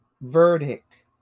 verdict